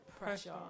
Pressure